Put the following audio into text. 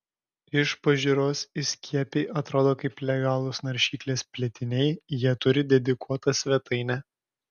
iš pažiūros įskiepiai atrodo kaip legalūs naršyklės plėtiniai jie turi dedikuotą svetainę